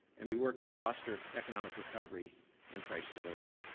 and we worked to foster economic recovery and price stability.